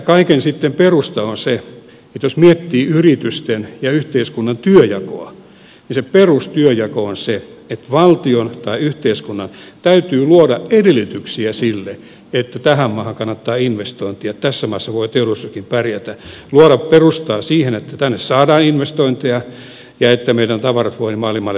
kaiken perusta on sitten se jos miettii yritysten ja yhteiskunnan perustyönjakoa että valtion tai yhteiskunnan täytyy luoda edellytyksiä sille että tähän maahan kannattaa investoida tässä maassa voi teollisuuskin pärjätä luoda perustaa siihen että tänne saadaan investointeja ja että meidän tavaramme voivat maailmalle lähteä